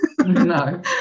no